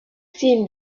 seen